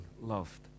loved